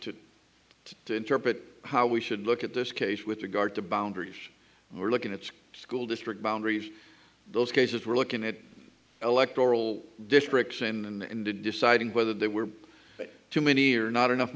to to interpret how we should look at this case with regard to boundaries and we're looking at the school district boundaries those cases we're looking at electoral districts in deciding whether there were too many or not enough